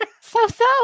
So-so